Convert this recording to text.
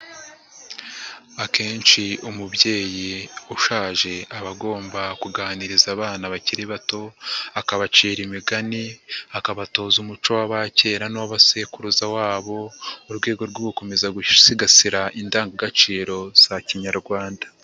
Akenshi umubyeyi ushaje aba agomba kuganiriza abana bakiri bato, akabacira imigani, akabatoza umuco w'abakera n'uw'abasekuruza wabo, mu rwego rwo gukomeza gusigasira indangagaciro za kinyarwanda.